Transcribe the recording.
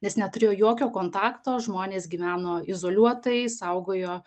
nes neturėjo jokio kontakto žmonės gyveno izoliuotai saugojo